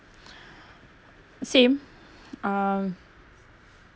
same uh